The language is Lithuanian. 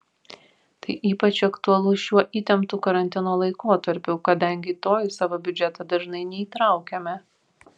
tai ypač aktualu šiuo įtemptu karantino laikotarpiu kadangi to į savo biudžetą dažnai neįtraukiame